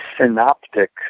synoptic